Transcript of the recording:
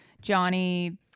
Johnny